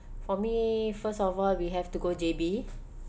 for me first of all we have to go J_B